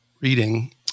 reading